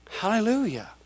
Hallelujah